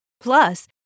Plus